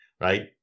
right